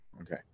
okay